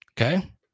Okay